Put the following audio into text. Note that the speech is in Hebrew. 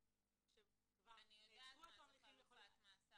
קטינים שכבר נעצרו עוד פעם --- אני יודעת מה זה חלופת מאסר,